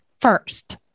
first